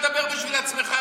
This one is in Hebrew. דבר בשביל עצמך,